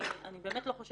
חושבת